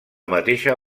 mateixa